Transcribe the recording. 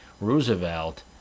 Roosevelt